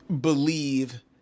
believe